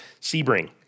Sebring